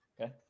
Okay